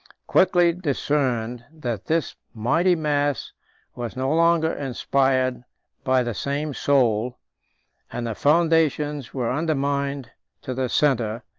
quickly discerned that this mighty mass was no longer inspired by the same soul and the foundations were undermined to the centre,